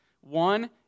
One